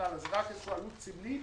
זו רק איזו שהיא עלות סמלית